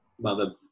mother